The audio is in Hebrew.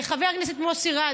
חבר הכנסת מוסי רז,